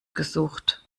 gesucht